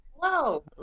hello